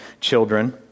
children